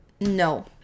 no